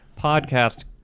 podcast